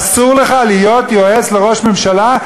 אסור לך להיות יועץ לראש ממשלה,